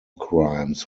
crimes